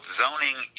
zoning